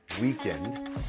weekend